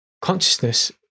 consciousness